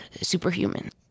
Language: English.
superhuman